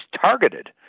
targeted